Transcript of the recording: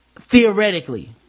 Theoretically